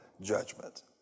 judgment